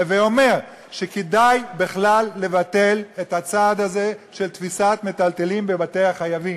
הווי אומר שכדאי בכלל לבטל את הצעד הזה של תפיסת מיטלטלין בבתי החייבים.